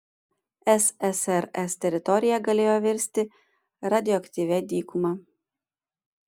ssrs teritorija galėjo virsti radioaktyvia dykuma